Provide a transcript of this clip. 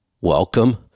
Welcome